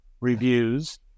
reviews